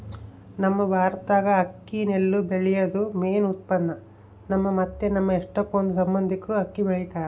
ನಮ್ ಭಾರತ್ದಾಗ ಅಕ್ಕಿ ನೆಲ್ಲು ಬೆಳ್ಯೇದು ಮೇನ್ ಉತ್ಪನ್ನ, ನಮ್ಮ ಮತ್ತೆ ನಮ್ ಎಷ್ಟಕೊಂದ್ ಸಂಬಂದಿಕ್ರು ಅಕ್ಕಿ ಬೆಳಿತಾರ